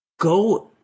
go